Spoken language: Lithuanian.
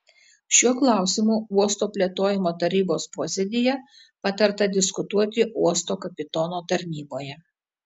šiuo klausimu uosto plėtojimo tarybos posėdyje patarta diskutuoti uosto kapitono tarnyboje